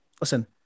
listen